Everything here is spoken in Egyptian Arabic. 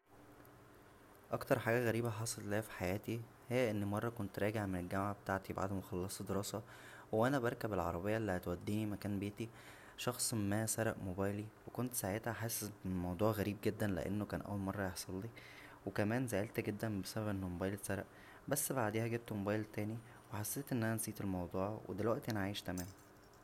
اكتر حاجه غريبة حصلت ليا فحياتى هى انى مره كنت راجع من الجامعه بتاعتى بعد ما خلصت دراسه و وانا بركب العربيه اللى هتودينى مكان بيتى شخص ما سرق موبايلى وكنت ساعتها حاسس الموضوع غريب جدا لانه كان اول مره يحصللى و كمان زعلت جدا بسبب ان موبايلى اتسرق بس بعديها جبت موبايل تانى وحسيت ان انا نسيت الموضوع و دلوقتى انا عايش تمام